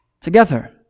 together